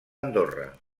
andorra